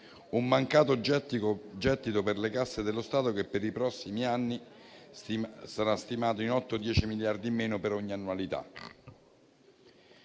un mancato gettito per le casse dello Stato che per i prossimi anni sarà stimato in 8-10 miliardi in meno per ogni annualità.